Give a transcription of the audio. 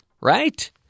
right